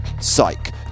Psych